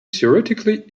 theoretically